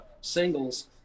singles